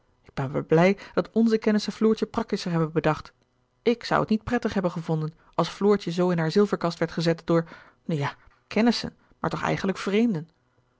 ik ben maar blij dat nze kennissen floortje praktischer hebben bedacht i k zoû het niet prettig hebben gevonden als floortje zoo in haar zilverkast werd gezet door nu ja kennissen maar toch eigenlijk vreemden